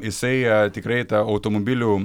jisai tikrai tą automobilių